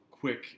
Quick